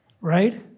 right